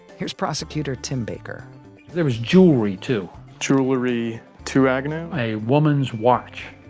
here's prosecutor tim baker there was jewelry, too jewelry to agnew? a woman's watch.